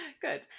good